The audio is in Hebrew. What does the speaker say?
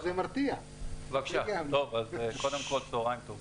קודם כל צהריים טובים.